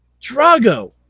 Drago